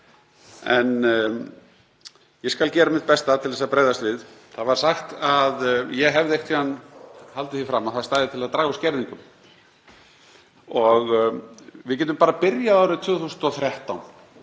en ég skal gera mitt besta til að bregðast við. Það var sagt að ég hefði einhvern tíma haldið því fram að það stæði til að draga úr skerðingum. Við getum bara byrjað árið 2013.